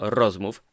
rozmów